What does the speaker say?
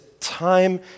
Time